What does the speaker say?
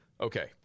Okay